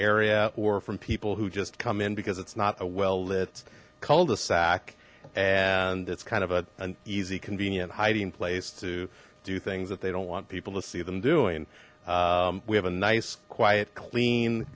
area or from people who just come in because it's not a well lit cul de sac and it's kind of an easy convenient hiding place to do things that they don't want people to see them doing we have a nice quiet